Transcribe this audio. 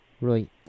Right